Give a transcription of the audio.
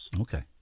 Okay